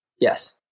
Yes